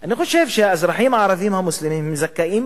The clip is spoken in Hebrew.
אני חושב שהאזרחים הערבים המוסלמים זכאים